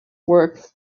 work